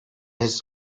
his